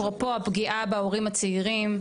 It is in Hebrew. אפרופו הפגיעה בהורים הצעירים,